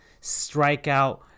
strikeout